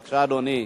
בבקשה, אדוני.